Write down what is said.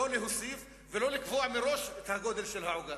לא להוסיף ולא לקבוע מראש את הגודל של העוגה.